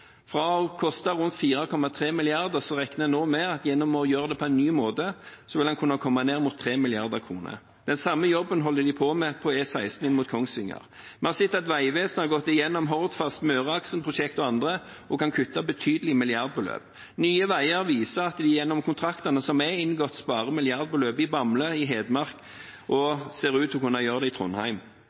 Fra å koste rundt 4,3 mrd. kr regner man nå med at gjennom å gjøre det på en ny måte vil en kunne komme ned mot 3 mrd. kr. Den samme jobben holder de på med på E16 mot Kongsvinger. Vi her sett at Vegvesenet har gått igjennom Hordfast, Møreaksen-prosjektet og andre og kan kutte betydelige milliardbeløp. Nye Veier viser at en gjennom de kontraktene som er inngått, sparer milliardbeløp i Bamble og i Hedmark og ser ut til å kunne gjøre det også i Trondheim.